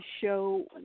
show